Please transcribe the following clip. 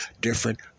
different